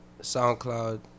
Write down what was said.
soundcloud